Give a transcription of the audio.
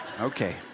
okay